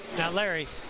now, larry,